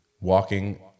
walking